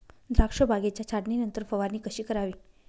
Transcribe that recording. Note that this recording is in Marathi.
द्राक्ष बागेच्या छाटणीनंतर फवारणी कशी करावी?